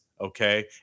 okay